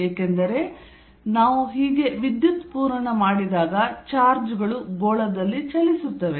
ಏಕೆಂದರೆ ನಾವು ಹೀಗೆ ವಿದ್ಯುತ್ ಪೂರಣ ಮಾಡಿದಾಗ ಚಾರ್ಜ್ಗಳು ಗೋಳದಲ್ಲಿ ಚಲಿಸುತ್ತವೆ